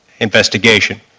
investigation